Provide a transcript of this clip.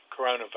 coronavirus